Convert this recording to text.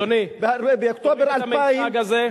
אדוני, תוריד את המיצג הזה.